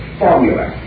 formula